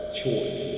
choice